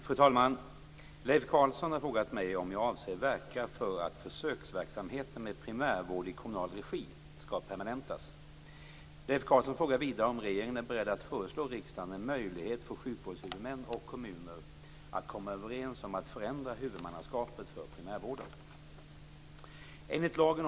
Fru talman! Leif Carlson har frågat mig om jag avser verka för att försöksverksamheten med primärvård i kommunal regi skall permanentas. Leif Carlson frågar vidare om regeringen är beredd att föreslå riksdagen en möjlighet för sjukvårdshuvudmän och kommuner att komma överens om att förändra huvudmannaskapet för primärvården.